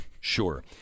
Sure